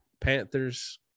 Panthers